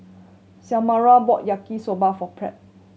Xiomara bought Yaki Soba for Pratt